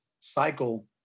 cycle